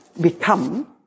Become